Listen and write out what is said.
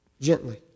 Gently